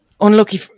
Unlucky